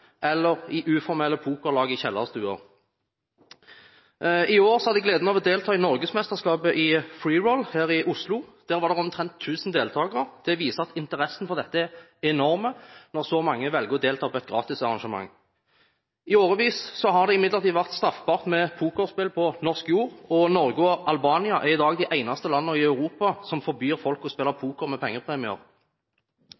eller i uformelle pokerlag i kjellerstua. I år hadde jeg gleden av å delta i norgesmesterskapet i freeroll her i Oslo. Der var det omtrent 1 000 deltakere. Det viser at interessen for dette er enorm, når så mange velger å delta på et gratis arrangement. I årevis har det imidlertid vært straffbart med pokerspill på norsk jord, og Norge og Albania er i dag de eneste landene i Europa som forbyr folk å spille